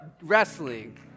wrestling